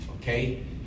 okay